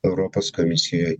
europos komisijoj